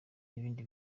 n’ibindi